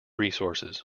resources